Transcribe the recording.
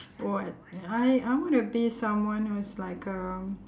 what I I want to be someone who's like um